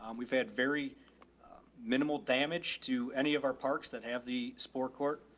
um we've had very minimal damage to any of our parks that have the sport court.